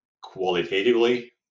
qualitatively